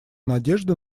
надежды